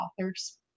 authors